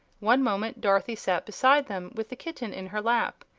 one moment dorothy sat beside them with the kitten in her lap,